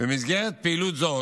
במסגרת פעילות זו